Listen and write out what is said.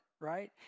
right